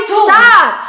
stop